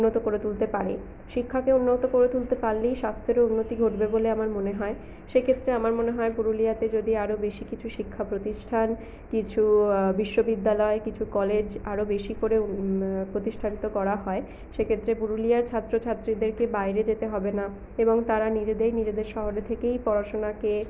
উন্নত করে তুলতে পারে শিক্ষাকে উন্নত করে তুলতে পারলেই স্বাস্থ্যেরও উন্নতি ঘটবে বলে আমার মনে হয় সেক্ষেত্রে আমার মনে হয় পুরুলিয়াতে যদি আরো বেশি কিছু শিক্ষা প্রতিষ্ঠান কিছু বিশ্ববিদ্যালয় কিছু কলেজ আরো বেশি করে প্রতিষ্ঠা করা হয় সেক্ষেত্রে পুরুলিয়ার ছাত্রছাত্রীদেরকে বাইরে যেতে হবে না এবং তারা নিজেরাই নিজেদের শহরে থেকেই পড়াশোনাকে